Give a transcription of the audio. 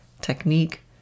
technique